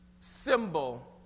symbol